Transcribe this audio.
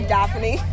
Daphne